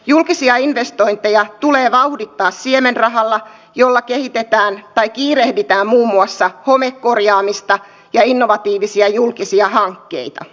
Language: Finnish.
julkisia investointeja tulee vauhdittaa siemenrahalla jolla kehitetään tai kiirehditään muun muassa homekorjaamista ja innovatiivisia julkisia hankkeita